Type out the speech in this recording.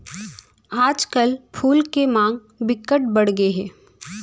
आजकल फूल के मांग बिकट बड़ गे हे